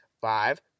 five